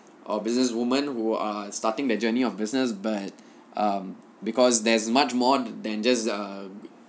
or businesswoman who are starting their journey of business but um because there's much more than just a